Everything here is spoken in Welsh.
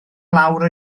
lawr